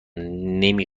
نمی